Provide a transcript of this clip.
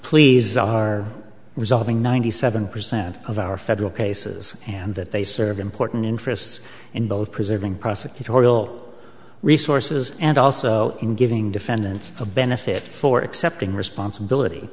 please are resolving ninety seven percent of our federal cases and that they serve important interests in both preserving prosecutorial resources and also in giving defendants a benefit for accepting